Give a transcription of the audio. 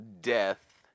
death